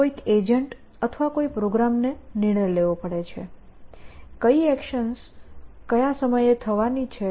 કોઈક એજન્ટ અથવા કોઈક પ્રોગ્રામને નિર્ણય લેવો પડે છે કઇ એકશન્સ કયા સમયે થવાની છે